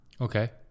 Okay